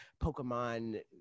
pokemon